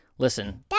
Listen